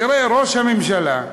תראה, ראש הממשלה,